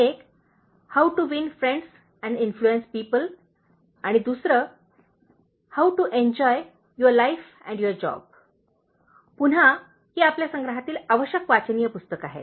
एक how to win friends and influence people आणि दुसरे how to enjoy your life and your job पुन्हा ही आपल्या संग्रहातील आवश्यक वाचनीय पुस्तके आहेत